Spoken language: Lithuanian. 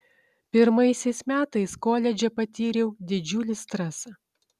pirmaisiais metais koledže patyriau didžiulį stresą